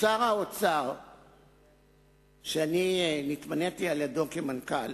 שר האוצר שנתמניתי על-ידיו למנכ"ל,